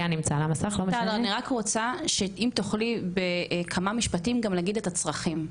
אני רק רוצה שאם תוכלי בכמה משפטים גם להגיד את הצרכים,